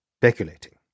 speculating